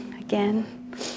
again